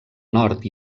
nord